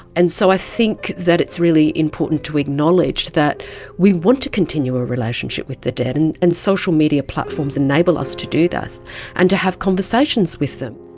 and so i think that it's really important to acknowledge that we want to continue a relationship with the dead, and and social media platforms enable us to do this and to have conversations with them.